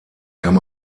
kann